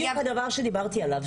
אבל זה בדיוק הדבר שדיברתי עליו.